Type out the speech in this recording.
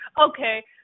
Okay